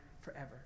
forever